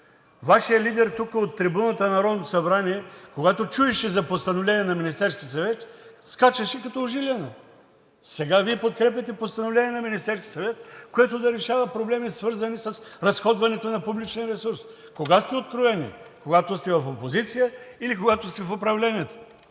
Вашият лидер тук, от трибуната на Народното събрание, когато чуеше за постановление на Министерския съвет, скачаше като ужилен. Сега Вие подкрепяте постановление на Министерския съвет, което да решава проблеми, свързани с разходването на публичния ресурс. Кога сте откровени? Когато сте в опозиция, или когато сте в управлението